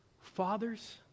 Fathers